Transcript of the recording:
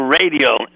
radio